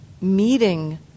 meeting